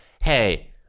hey